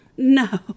No